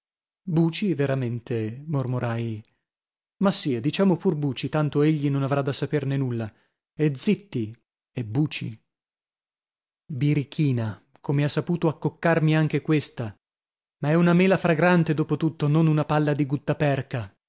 buci veramente mormorai ma sia diciamo pur buci tanto egli non avrà da saperne nulla e zitti e buci birichina come ha saputo accoccarmi anche questa ma è una mela fragrante dopo tutto non una palla di guttaperca